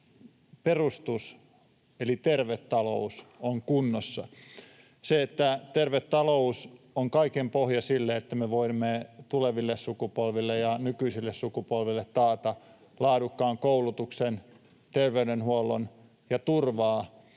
perustus eli terve talous on kunnossa. Se, että terve talous on kaiken pohja sille, että me voimme tuleville sukupolville ja nykyisille sukupolville taata laadukkaan koulutuksen, terveydenhuollon ja turvaa,